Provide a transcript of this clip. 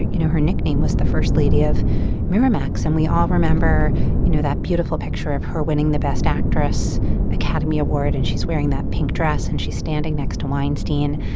you know her nickname was the first lady of miramax and we all remember you know that beautiful picture of her winning the best actress academy award and she's wearing that pink dress and she's standing next to mine stine.